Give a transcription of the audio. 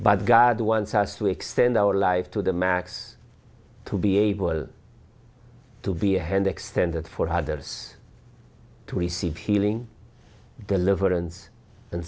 but god wants us to extend our life to the max to be able to be a hand extended for others to receive healing deliverance and